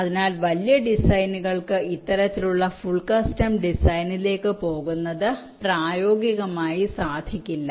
അതിനാൽ വലിയ ഡിസൈനുകൾക്ക് ഇത്തരത്തിലുള്ള ഫുൾ കസ്റ്റം ഡിസൈനിലേക്ക് പോകുന്നത് പ്രായോഗികമായി സാധിക്കില്ല